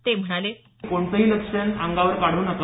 ते म्हणाले कोणतंही लक्षण हे अंगावर काढू नका